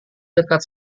dekat